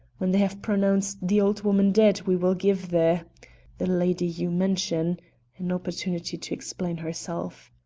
when they have pronounced the old woman dead we will give the the lady you mention an opportunity to explain herself.